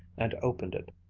and opened it.